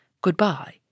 goodbye